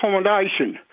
accommodation